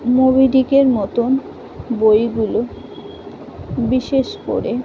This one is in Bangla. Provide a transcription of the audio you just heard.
মোবি ডিকের মতন বইগুলো বিশেষ করে